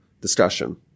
discussion